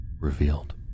revealed